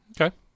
Okay